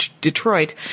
Detroit